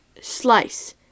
slice